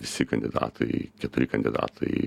visi kandidatai keturi kandidatai